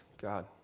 God